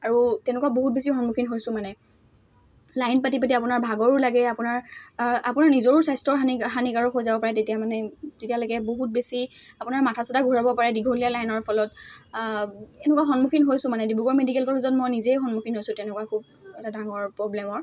আৰু তেনেকুৱা বহুত বেছি সন্মুখীন হৈছোঁ মানে লাইন পাতি পাতি আপোনাৰ ভাগৰো লাগে আপোনাৰ আপোনাৰ নিজৰো স্বাস্থ্যৰ হানিক হানিকাৰক হৈ যাব পাৰে তেতিয়া মানে তেতিয়ালৈকে বহুত বেছি আপোনাৰ মাথা চাথা ঘূৰাব পাৰে দীঘলীয়া লাইনৰ ফলত এনেকুৱা সন্মুখীন হৈছোঁ মানে ডিব্ৰুগড় মেডিকেল কলেজত মই নিজেই সন্মুখীন হৈছোঁ তেনেকুৱা খুব এটা ডাঙৰ প্ৰব্লেমৰ